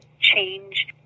change